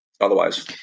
Otherwise